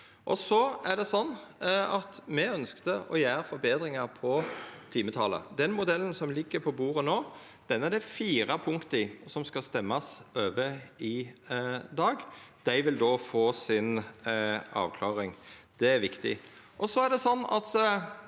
Me ønskte å gjera forbetringar på timetalet. Den modellen som ligg på bordet no, er det fire punkt i som skal stemmast over i dag, og dei vil då få si avklaring. Det er viktig.